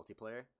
multiplayer